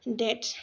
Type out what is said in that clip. dates